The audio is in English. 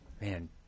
Man